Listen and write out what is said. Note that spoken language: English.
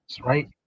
right